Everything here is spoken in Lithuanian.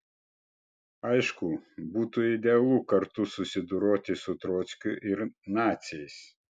aišku būtų idealu kartu susidoroti su trockiu ir naciais